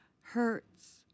hurts